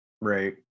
Right